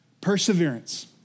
Perseverance